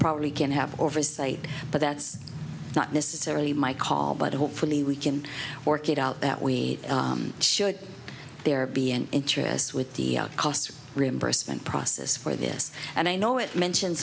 probably can have oversight but that's not necessarily my call but hopefully we can work it out that we should there be an interest with the cost reimbursement process for this and i know it mention